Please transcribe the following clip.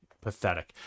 pathetic